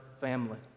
family